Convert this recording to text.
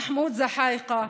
מחמוד זחאיקה,